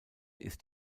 ist